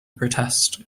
protest